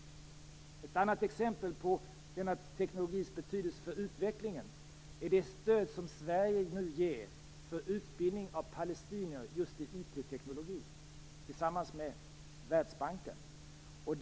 Ett annat exempel på denna tekniks betydelse för utvecklingen är det stöd som Sverige tillsammans med Världsbanken nu ger för utbildning i palestinier i just IT.